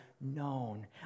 known